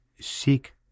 Seek